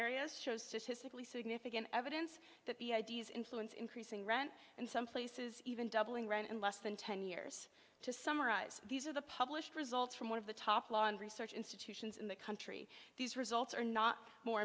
areas shows statistically significant evidence that the ideas influence increasing rent in some places even doubling ran and less than ten years to summarize these are the published results from one of the top law and research institutions in the country these results are not more